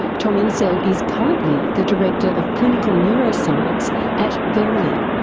tom insel is currently the director of clinical neuroscience at verily,